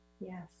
Yes